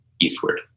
eastward